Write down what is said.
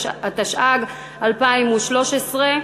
התשע"ג 2013,